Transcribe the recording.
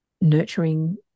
nurturing